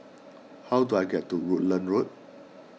how do I get to Rutland Road